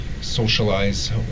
socialize